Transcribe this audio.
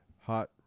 Hot